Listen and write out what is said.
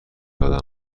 دادن